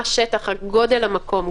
מה גודל המקום,